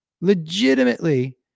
legitimately